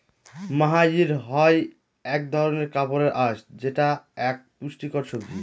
মহাইর হয় এক ধরনের কাপড়ের আঁশ যেটা এক পুষ্টিকর সবজি